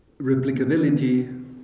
replicability